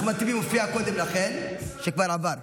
אחמד טיבי מופיע קודם לכן, וכבר עבר.